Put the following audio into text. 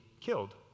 killed